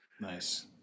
nice